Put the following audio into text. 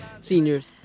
Seniors